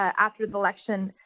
ah after the election,